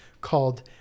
called